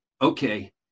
okay